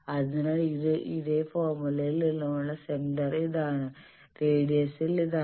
അതിനാൽ ഇത് ഇതേ ഫോർമുലയിൽ നിന്നുമുള്ള സെന്റർ ഇതാണ്റേഡിയസിൽ ഇതാണ്